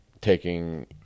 taking